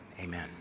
amen